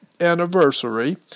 anniversary